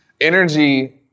Energy